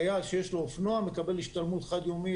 חייל שיש לו אופנוע מקבל השתלמות חד-יומית,